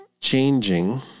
changing